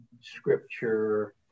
scripture